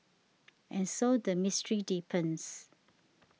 and so the mystery deepens